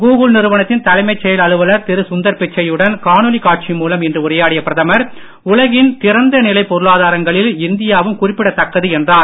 Google நிறுவனத்தின் தலைமை செயல் அலுவலர் திரு சுந்தர்பிச்சையுடன் காணொளி காட்சி மூலம் இன்று உரையாடிய பிரதமர் உலகின் திறந்த நிலை பொருளாதாரங்களில் இந்தியாவும் குறிப்பிடத்தக்கது என்றார்